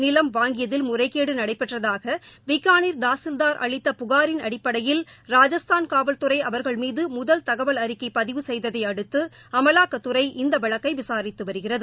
நிலம் வாங்கியதில் முறைகேடு நடைபெற்றதாக பிக்கானீர் தாசில்தார் அளித்த புகாரின் அடிப்படையில் ராஜஸ்தான் காவல்துறை அவர்கள் மீது முதல் தகவல் அறிக்கை பதிவு செய்ததையடுத்து அமலாக்கத்துறை இந்த வழக்கை விசாரித்து வருகிறது